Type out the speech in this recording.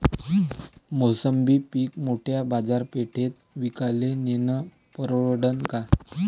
मोसंबी पीक मोठ्या बाजारपेठेत विकाले नेनं परवडन का?